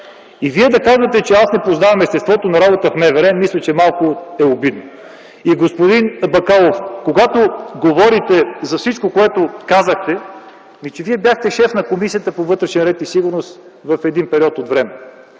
И Вие да казвате, че аз не познавам естеството на работа в МВР, мисля, че е малко обидно. Господин Бакалов, когато говорите за всичко, което казахте. Вие бяхте шеф на Комисията по вътрешен ред и сигурност в един период от време